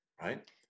right